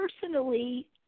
personally